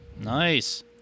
Nice